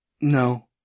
No